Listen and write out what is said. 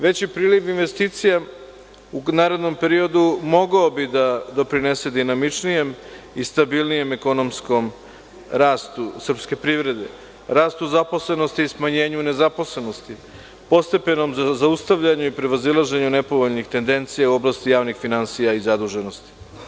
Veći priliv investicija u narednom periodu mogao bi da doprinese dinamičnijem i stabilnijem ekonomskom rastu srpske privrede, rastu zaposlenosti i smanjenju nezaposlenosti, postepenom zaustavljanju i prevazilaženju nepovoljnih tendencija u oblasti javnih finansija i zaduženosti.